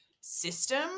system